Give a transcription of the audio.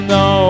no